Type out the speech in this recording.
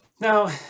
now